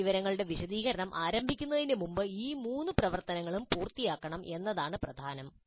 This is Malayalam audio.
പുതിയ വിവരങ്ങളുടെ വിശദീകരണം ആരംഭിക്കുന്നതിന് മുമ്പ് ഈ മൂന്ന് പ്രവർത്തനങ്ങളും പൂർത്തിയാകണം എന്നതാണ് പ്രധാനം